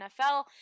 NFL